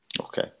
Okay